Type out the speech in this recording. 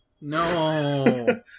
No